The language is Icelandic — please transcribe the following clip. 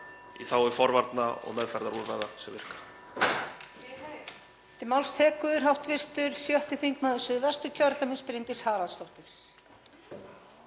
í þágu forvarna og meðferðarúrræða sem virka.